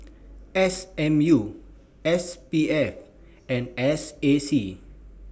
S M U S P F and S A C